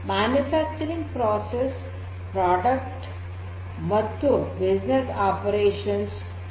ಉತ್ಪಾದನಾ ಪ್ರಕ್ರಿಯೆಗಳು ಉತ್ಪನ್ನಗಳು ಮತ್ತು ವ್ಯಾಪಾರ ಕಾರ್ಯಾಚರಣೆಗಳು